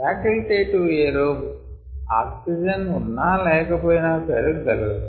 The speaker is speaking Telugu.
ఫ్యాకల్టె టివ్ ఎరోబ్ ఆక్సిజన్ ఉన్నా లేకపోయినా పెరగ గలదు